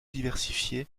diversifiés